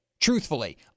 truthfully